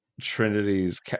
Trinity's